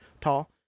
tall